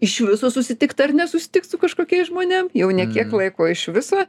iš viso susitikt ar ne susitikt su kažkokiais žmonėm jau ne kiek laiko o iš viso